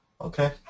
Okay